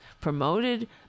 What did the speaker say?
promoted